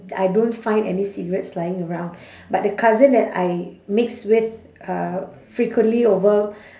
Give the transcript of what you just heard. I don't find any cigarettes lying around but the cousin that I mix with uh frequently over